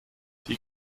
die